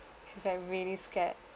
she's like really scared